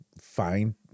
find